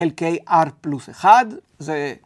LKR פלוס אחד זה.